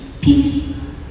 peace